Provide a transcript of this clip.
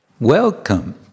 Welcome